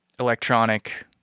electronic